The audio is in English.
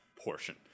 portion